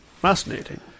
Fascinating